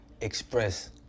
express